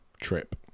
trip